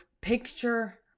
picture